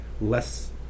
less